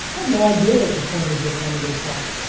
i've no idea what the point is they are trying to get across.